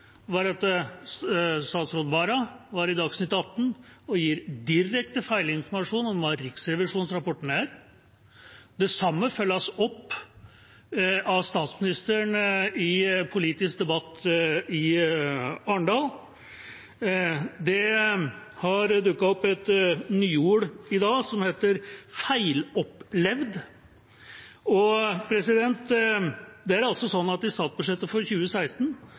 var at statsråd Wara var i Dagsnytt atten og ga direkte feilinformasjon om hva riksrevisjonsrapporten var. Det samme ble fulgt opp av statsministeren i politisk debatt i Arendal. Det har dukket opp et nyord i dag: feilopplevd. Og i statsbudsjettet for 2016 sto det direkte feil, og det sier altså statsministeren at